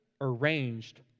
arranged